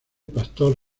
pastor